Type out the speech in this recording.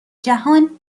جهان